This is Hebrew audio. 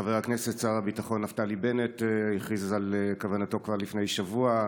חבר הכנסת שר הביטחון נפתלי בנט הכריז על כוונתו כבר לפני שבוע.